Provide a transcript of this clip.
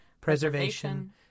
preservation